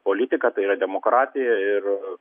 politika tai yra demokratija ir